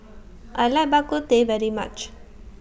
I like Bak Kut Teh very much